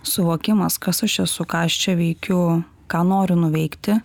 suvokimas kas aš esu ką aš čia veikiu ką noriu nuveikti